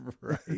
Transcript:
right